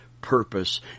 purpose